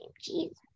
Jesus